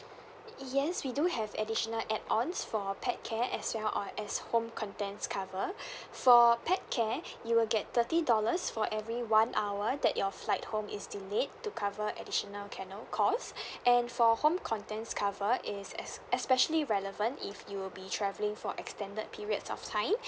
yes we do have additional add ons for pet care as well or as home contents cover for pet care you will get thirty dollars for every one hour that your flight home is delayed to cover additional kennel cost and for home contents cover is es~ especially relevant if you will be travelling for extended periods of time